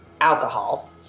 alcohol